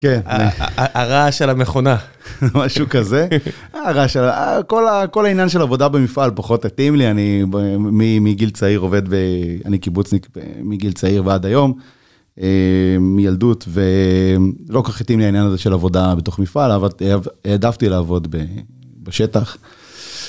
כן, הרעש על המכונה, משהו כזה, הרעש על, כל העניין של עבודה במפעל פחות התאים לי, אני מגיל צעיר עובד, אני קיבוצניק מגיל צעיר ועד היום, מילדות, ולא כל כך התאים לי העניין הזה של עבודה בתוך מפעל, העדפתי לעבוד בשטח.